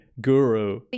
guru